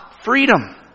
freedom